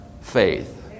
faith